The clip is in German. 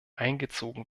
eingezogen